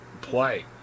play